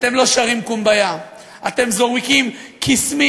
אתם לא שרים "קומביה"; אתם זורקים קיסמים,